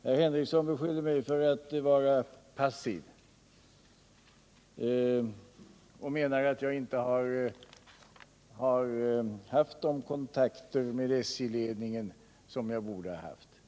Lars Henrikson beskyller mig för att vara passiv och menar att jag inte har haft de kontakter med SJ:s ledning som jag borde ha haft.